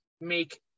make